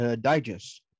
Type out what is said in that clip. Digest